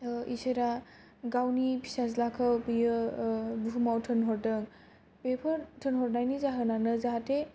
इसोरा गावनि फिसाज्लाखौ बियो बुहुमाव थिनहरदों बेफोर थिनहरनायनि जाहोनानो जाहाथे